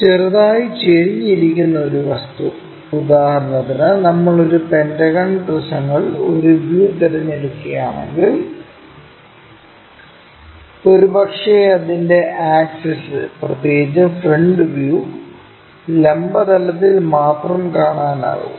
ചെറുതായി ചെരിഞ്ഞ് ഇരിക്കുന്ന ഒരു വസ്തു ഉദാഹരണത്തിന് നമ്മൾ ഈ പെന്റഗൺ പ്രിസങ്ങൾ ഒരു വ്യൂ തിരഞ്ഞെടുക്കുകയാണെങ്കിൽ ഒരുപക്ഷേ അതിൻറെ ആക്സിസ് പ്രത്യേകിച്ച് ഫ്രണ്ട് വ്യൂ ലംബ തലത്തിൽ മാത്രം കാണാനാകും